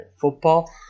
Football